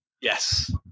Yes